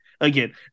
again